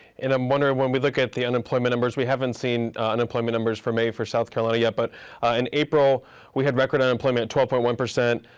and i'm wondering, when we look at the unemployment numbers, we haven't seen unemployment numbers from may for south carolina yet, but in april we had record unemployment at twelve point one.